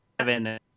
seven